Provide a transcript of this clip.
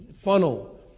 funnel